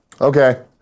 Okay